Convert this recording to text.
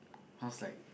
cause like